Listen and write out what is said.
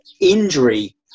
injury